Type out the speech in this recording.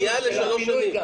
איזה נזק נגרם?